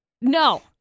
no